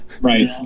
Right